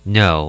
no